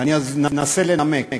ואני אנסה לנמק: